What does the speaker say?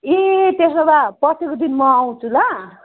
ए त्यसो भए पर्सिको दिन म आउँछु ल